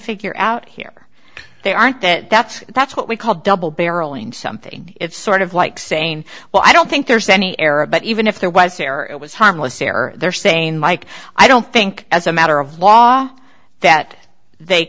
figure out here they aren't that that's that's what we call double barreling something it's sort of like saying well i don't think there's any error but even if there was there it was harmless error there saying mike i don't think as a matter of law that they